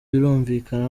birumvikana